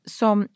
som